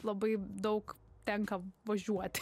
labai daug tenka važiuoti